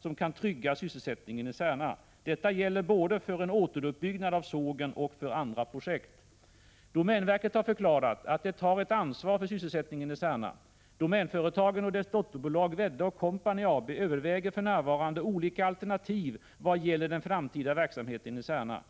som kan trygga sysselsättningen i Särna. Detta gäller både för en återuppbyggnad av sågen och för andra projekt. Domänverket har förklarat att det tar ett ansvar för sysselsättningen i Särna. Domänföretagen och dess dotterbolag Wedde & Co AB överväger för närvarande olika alternativ vad gäller den framtida verksamheten i Särna.